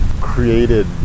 created